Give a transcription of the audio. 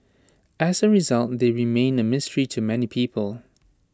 as A result they remain A mystery to many people